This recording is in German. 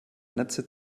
netze